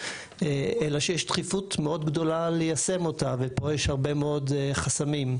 אלא שיש דחיפות מאוד גדולה ליישם אותן ופה יש הרבה מאוד חסמים.